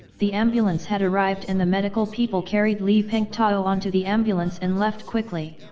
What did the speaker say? the ambulance had arrived and the medical people carried li pengtao onto the ambulance and left quickly.